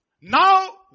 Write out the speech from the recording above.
Now